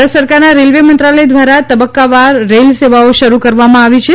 ભારત સરકારના રેલ્વે મંત્રાલય દ્વારા તબક્કાવાર રેલ સેવાઓ શરૂ કરવામાં આવનાર છે